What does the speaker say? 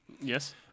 Yes